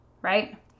Right